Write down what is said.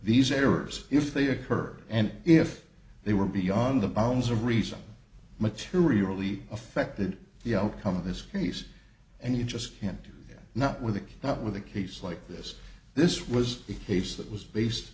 these errors if they occurred and if they were beyond the bounds of reason materially affected the outcome of this case and you just can't not with that with a case like this this was a case that was based